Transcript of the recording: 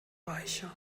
reicher